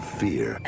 fear